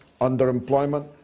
underemployment